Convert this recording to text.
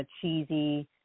cheesy